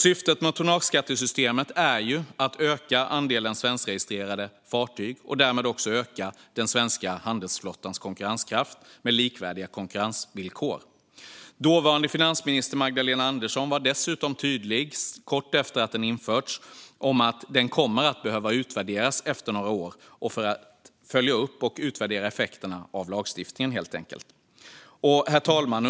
Syftet med tonnageskattesystemet är att öka andelen svenskregistrerade fartyg och därmed öka den svenska handelsflottans konkurrenskraft med likvärdiga konkurrensvillkor. Dåvarande finansminister Magdalena Andersson var dessutom tydlig kort efter att skatten införts med att man kommer att behöva utvärdera den efter några år för att följa upp effekterna av lagstiftningen. Herr talman!